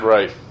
Right